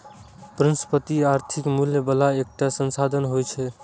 परिसंपत्ति आर्थिक मूल्य बला एकटा संसाधन होइ छै